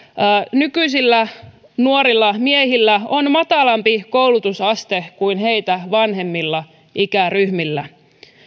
nykyisillä nuorilla miehillä on matalampi koulutusaste kuin heitä vanhemmilla ikäryhmillä